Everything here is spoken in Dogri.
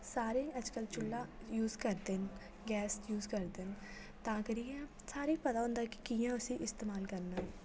सारे अज्ज्कल चूल्ला यूज़ करदे न गैस यूज़ करदे न तां करियै सारें गी पता होन्दा के कि'यां उसी इस्तमाल करना